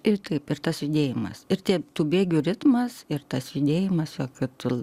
ir taip ir tas judėjimas ir tie tų bėgių ritmas ir tas judėjimas jog tu